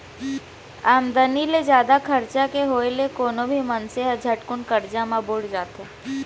आमदनी ले जादा खरचा के होय ले कोनो भी मनसे ह झटकुन करजा म बुड़ जाथे